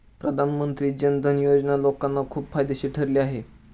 प्रधानमंत्री जन धन योजना लोकांना खूप फायदेशीर ठरली आहे